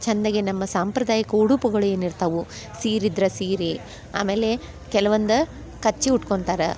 ಚಂದಾಗಿ ನಮ್ಮ ಸಾಂಪ್ರದಾಯಿಕ ಉಡುಪುಗಳು ಏನು ಇರ್ತವೆ ಸೀರೆ ಇದ್ರೆ ಸೀರೆ ಆಮೇಲೆ ಕೆಲವೊಂದು ಕಚ್ಚೆ ಉಟ್ಕೊಂತಾರ